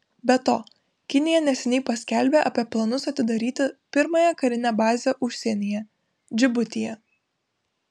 be to kinija neseniai paskelbė apie planus atidaryti pirmąją karinę bazę užsienyje džibutyje